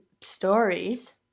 stories